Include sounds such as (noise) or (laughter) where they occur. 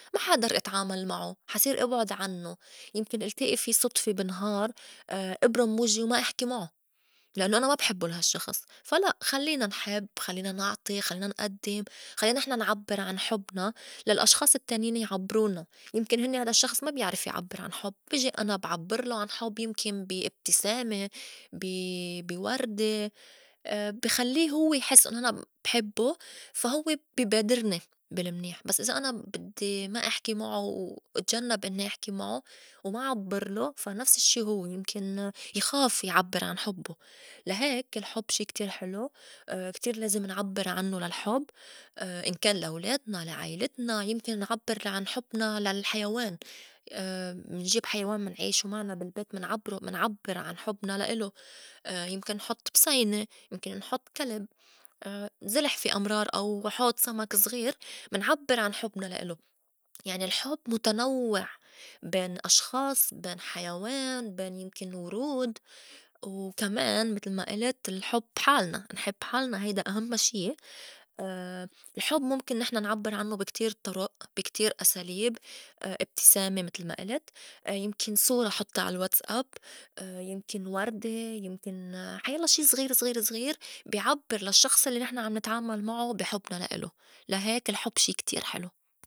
ما حا إئدر إتعامل معو حا صير إبعُد عنّو يمكن إلتئي في صُدفة بالنهار (hesitation) إبرُم وجّي وما إحكي معو لأنّو أنا ما بحبّو لا هالشّخص فا لأ خلّينا نحب، خلينا نعطي، خلّينا نئدّم، خلّينا نحن نعبّر عن حُبنا للأشخاص التانين يعبرولنا يمكن هنّي هيدا الشّخص ما بيعرف يعبّر عن حُب بيجي أنا بعبّرلو عن حُب يمكن بي إبتسامة، بي- بي وردة، (hesitation) بخلّي هوّ يحس إنّو أنا بحبّو فا هوّ بي بادرني بالمنيح بس إذا أنا بدّي ما إحكي معو واتجنّب إنّي إحكي معو وما عبّرلو فا نفس الشّي هوّ يمكن يخاف يعبّر عن حبّو، لا هيك الحُب شي كتير حلو (hesitation) كتير لازم نعبّر عنّو للحُب (hesitation) إن كان لا ولادنا، لا عيلتنا، يمكن نعبّر عن حُبنا للحيوان (hesitation) منجيب حيوان منعيشو معنا بالبيت منعبرو- منعبّر عن حُبنا لا إلو (hesitation) يمكن نحُط بسينة، يمكن نحُط كلب، (hesitation) زِلِحفة أمرار أو حوض سمك زغير منعبّر عن حُبنا لا إلو يعني الحُب متنوّع بين أشخاص، بين حيوان، بين يمكن ورود، وكمان متل ما قلت الحُب حالنا نحب حالنا هيدا أهمّا شي (hesitation) الحُب مُمكن نعبّر عنّو بي كتير طُرُئ بي كتير أساليب (hesitation) إبتسامة متل ما قلت (hesitation) يمكن صورة حطّا على الواتس أب، (hesitation) يمكن وردة، يمكن حيلّا شي زغير- زغير- زغير بي عبّر للشّخص الّي نحن عم نتعامل معو بي حُبنا لا إلو لا هيك الحُب شي كتير حلو.